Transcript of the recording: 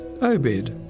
Obed